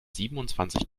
siebenundzwanzig